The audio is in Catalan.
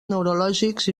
neurològics